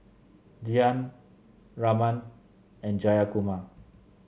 Dhyan Raman and Jayakumar